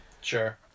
Sure